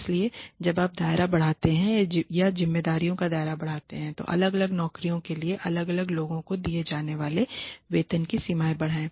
इसलिए जब आप दायरा बढ़ाते हैं या जिम्मेदारियों का दायरा बढ़ाते हैं तो अलग अलग नौकरियों के लिए अलग अलग लोगों को दिए जाने वाले वेतन की सीमा बढ़ाएँ